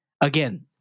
Again